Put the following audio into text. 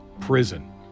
prison